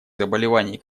заболеваний